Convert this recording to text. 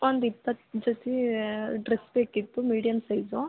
ಒಂದು ಇಪ್ಪತ್ತು ಜೊತೆ ಡ್ರೆಸ್ ಬೇಕಿತ್ತು ಮೀಡಿಯಮ್ ಸೈಜು಼